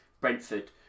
Brentford